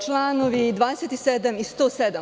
Članovi 27. i 107.